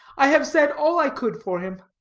i have said all i could for him.